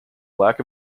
lack